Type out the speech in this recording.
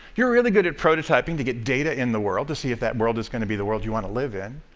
you're really good at prototyping to get data in the world to see of that world will kind of be the world you want to live in,